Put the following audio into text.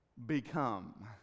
become